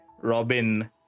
Robin